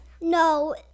No